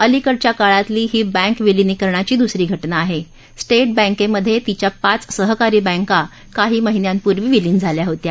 अलिकडच्या काळातली ही बँक विलिनीकरणाची दुसरी घटना आह स्टिपबँक्सध्यातिच्या पाच सहकारी बँका काही महिन्यांपूर्वी विलीन झाल्या होत्या